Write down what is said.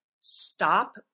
Stop